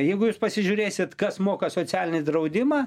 jeigu jūs pasižiūrėsit kas moka socialinį draudimą